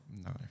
no